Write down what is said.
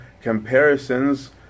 comparisons